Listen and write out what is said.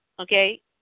Okay